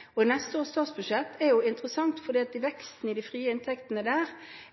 inn. Og neste års statsbudsjett er interessant, fordi veksten i de frie inntektene der